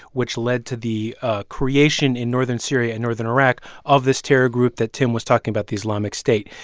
which led to the ah creation in northern syria and northern iraq of this terror group that tim was talking about, the islamic state.